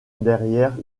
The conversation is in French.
derrière